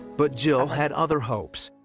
but jill had other hopes.